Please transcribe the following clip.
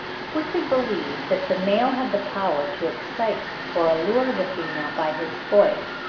if we could believe that the male had the power to excite or allure the female by his voice,